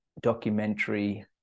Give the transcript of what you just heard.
documentary